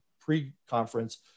pre-conference